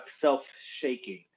self-shaking